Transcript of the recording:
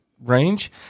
range